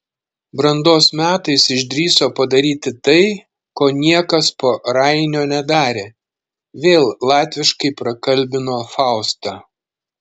brandos metais išdrįso padaryti tai ko niekas po rainio nedarė vėl latviškai prakalbino faustą